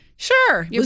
Sure